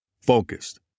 focused